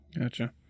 Gotcha